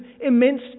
immense